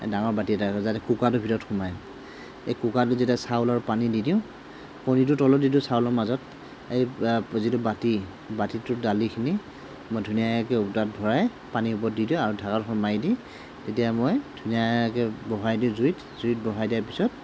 ডাঙৰ বাটি এটা যাতে কুকাৰটোৰ ভিতৰত সোমায় এই কুকাৰটোত যেতিয়া চাউল আৰু পানী দি দিওঁ কণীটো তলত দি দিওঁ চাউলৰ মাজত এই যিটো বাটি বাটিটোত দালিখিনি মই ধুনীয়াকৈ তাত ভৰাই পানীৰ ওপৰত দি দিওঁ আৰু ঢাকনখন মাৰি দি তেতিয়া মই ধুনীয়াকৈ বহাই দি জুইত জুইত বহাই দিয়াৰ পিছত